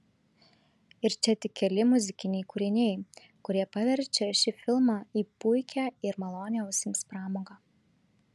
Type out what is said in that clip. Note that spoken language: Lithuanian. ir čia tik keli muzikiniai kūriniai kurie paverčia šį filmą į puikią ir malonią ausims pramogą